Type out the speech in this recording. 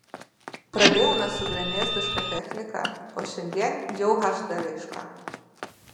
pradėjome su gremėzdiška technika o šiandien jau hd raiška